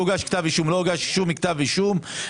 לא הוגש שום כתב אישום.